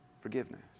Forgiveness